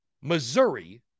Missouri